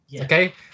okay